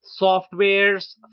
softwares